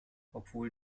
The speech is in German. obwohl